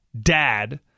dad